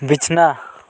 ᱵᱤᱪᱷᱱᱟ